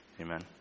Amen